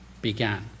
began